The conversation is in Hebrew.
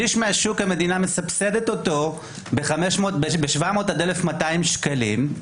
שליש מהשוק המדינה מסבסדת ב-700 עד 1,200 שקלים.